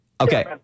Okay